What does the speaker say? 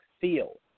feel